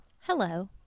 Hello